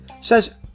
says